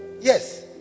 Yes